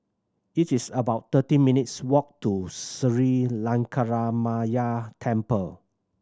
it is about thirteen minutes' walk to Sri Lankaramaya Temple